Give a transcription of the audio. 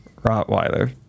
Rottweiler